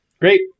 Great